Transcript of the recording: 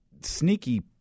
Sneaky